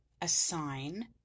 Assign